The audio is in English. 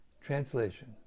Translation